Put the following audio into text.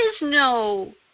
no